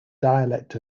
dialect